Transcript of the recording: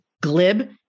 glib